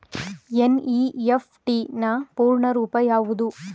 NEFT ನ ಪೂರ್ಣ ರೂಪ ಯಾವುದು?